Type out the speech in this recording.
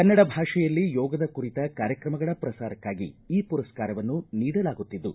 ಕನ್ನಡ ಭಾಷೆಯಲ್ಲಿ ಯೋಗದ ಕುರಿತ ಕಾರ್ಯಕ್ರಮಗಳ ಪ್ರಸಾರಕ್ಕಾಗಿ ಈ ಮರಸ್ಕಾರವನ್ನು ನೀಡಲಾಗುತ್ತಿದ್ದು